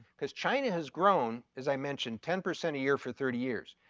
cause china has grown, as i mentioned, ten percent a year for thirty years.